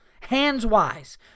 hands-wise